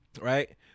right